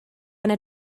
yna